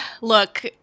Look